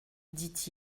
dit